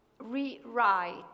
rewrite